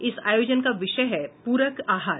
इस आयोजन का विषय है प्ररक आहार